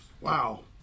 Wow